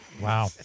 Wow